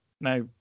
Now